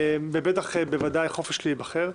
ובטח בוודאי חופש להיבחר.